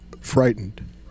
frightened